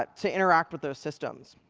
but to interact with those systems.